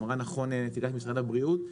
משרד הבריאות,